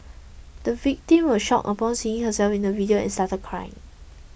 the victim was shocked upon seeing herself in the video and started crying